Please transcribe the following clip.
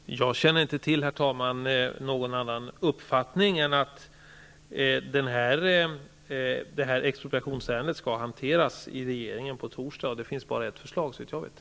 Herr talman! Jag känner inte till någon annan uppfattning än att det här expropriationsärendet skall hanteras av regeringen på torsdag. Det finns, såvitt jag vet, bara ett förslag.